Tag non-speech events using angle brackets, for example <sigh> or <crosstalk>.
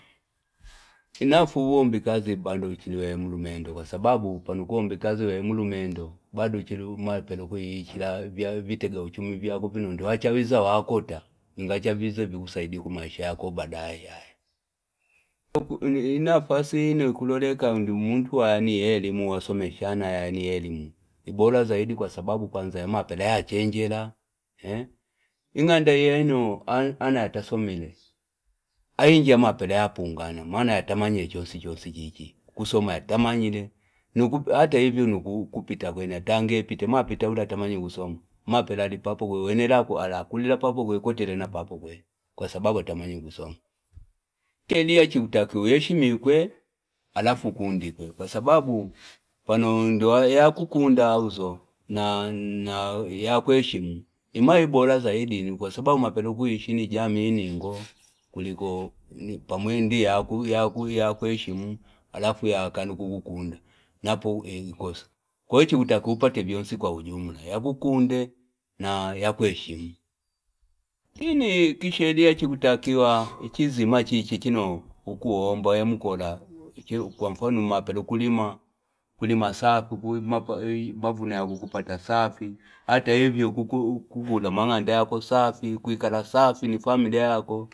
Inafu uwombe ikazi pano uchili wewe mlumendo kwasababu pano ukuombe ikazi uchili wewe mlumendo bado uchiloma umapela ukujikila ivitega uchimi vyako vino nanta wachawiza wakota ngachavize vikusaidie kumaisha yako badaye, inafasi ino ikuloleka ngumutu waya ni elimu wasomeha ana yaya nielimu bora zaidi kwasababu kwanza yamapela yachenjela eh n’ganda iyenu anata yatosomile eyinji yamapela yapungana maana yatamani chonsi chonsi chinji kusoma yatamanyile <unintelligible> hata hivyo nakupita kwene yatangeyapite amapita uliatamanyite kusoma amapela ali popokwene wene alakulila papo kwene akotele na papokwene kwasababu atamanyile kusoma sheria chikutakiwa uheshimike arafu ukundikwe kwasababu ipano ngiyakukunda awuzo na yakweshimu imaya ibora zaidi kwasababu umapela ukwishi ni jamii ningo kuliko pamwi ngiya kweshimu arafu yakana kukunda napo ikosa ko chikutakiwa upate vyensi kwa ujumla yakukunde na yakweshimu lakini kisheria chikutakiwa chizima achicha chino ukuomba wemukola kwa mfano umapela kulima- kulima safi <unintelligible> mavuno engenge kupata safi hata hivyo ukukula man’ganda yako safi ukwikala safi ni familia yako.